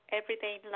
everyday